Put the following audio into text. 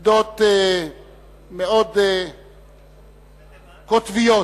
עמדות מאוד קוטביות,